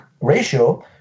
ratio